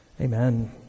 amen